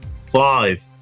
five